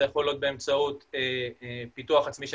זה יכול להיות באמצעות פיתוח עצמי של